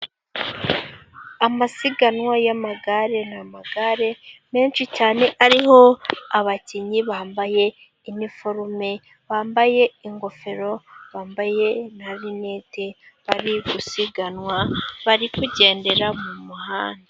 Amasiganwa y'amagare, ni amagare menshi cyane ariho abakinnyi bambaye iniforume, bambaye ingofero, bambaye na linete bari gusiganwa, bari kugendera mu muhanda.